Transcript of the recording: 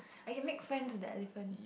I can make friend to the elephant